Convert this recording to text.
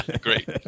Great